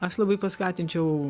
aš labai paskatinčiau